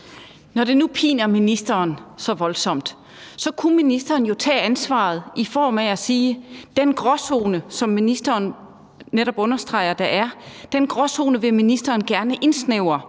Når det nu piner ministeren så voldsomt, kunne ministeren jo tage ansvaret i form af at sige, at den gråzone, som ministeren netop understreger der er, vil ministeren gerne indsnævre.